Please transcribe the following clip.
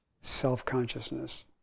self-consciousness